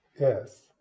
yes